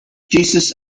jesus